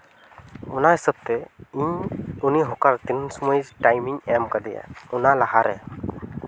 ᱚᱱᱟ ᱦᱤᱥᱟᱹᱵ ᱛᱮ ᱤᱧ ᱩᱱᱤ ᱦᱚᱠᱟᱨ ᱛᱤᱱ ᱥᱚᱢᱚᱭ ᱴᱟᱭᱤᱢ ᱤᱧ ᱮᱢ ᱠᱟᱫᱮᱭᱟ ᱚᱱᱟ ᱞᱟᱦᱟᱨᱮ